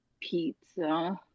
pizza